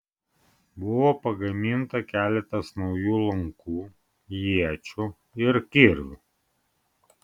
buvo pagaminta keletas naujų lankų iečių ir kirvių